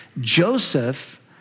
Joseph